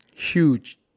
Huge